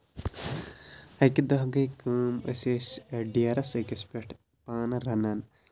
اَکہِ دۄہ گٔے کٲم أسۍ ٲسۍ ڈیرَس أکِس پٮ۪ٹھ پانہٕ رَنان